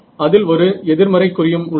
அதில் ஒரு எதிர்மறை குறியும் உள்ளது